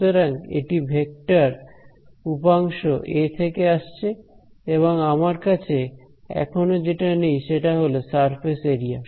সুতরাং এটি ভেক্টর উপাংশ এ থেকে আসছে এবং আমার কাছে এখনো যেটা নেই সেটা হল সারফেস এরিয়া